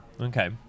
Okay